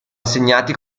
assegnati